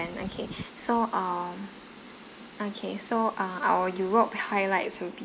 okay so um okay so err our europe highlights will be